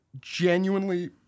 genuinely